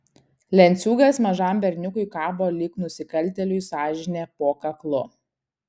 lenciūgas mažam berniukui kabo lyg nusikaltėliui sąžinė po kaklu